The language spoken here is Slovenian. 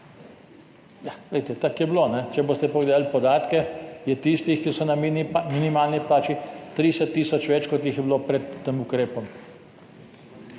tako je bilo. Če boste pogledali podatke, je tistih, ki so na minimalni plači 30 tisoč več, kot jih je bilo pred tem ukrepom.